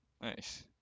Nice